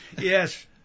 Yes